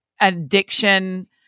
addiction